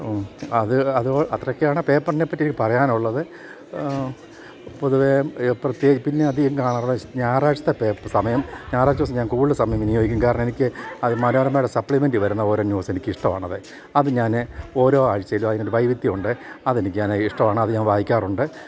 അത് അത് അത്രയൊക്കെയാണ് പേപ്പറിനെപ്പറ്റി എനിക്ക് പറയാനുള്ളത് പൊതുവേ പ്രത്യേക പിന്നെ അധികം കാണാറുള്ളത് ഞായറാഴ്ചത്തെ സമയം ഞായറാഴ്ച ദിവസം ഞാൻ കൂടുതൽ സമയം വിനിയോഗിക്കും കാരണം എനിക്ക് അത് മനോരമയുടെ സപ്ലിമെൻറ്റ് വരുന്ന ഓരോ ന്യൂസ് എനിക്ക് ഇഷ്ടമാണ് അത് അത് ഞാൻ ഓരോ ആഴ്ചയിലും അതിൻ്റെ വൈവിധ്യമുണ്ട് അതെനിക്ക് ഇഷ്ടമാണ് അത് ഞാൻ വായിക്കാറുണ്ട്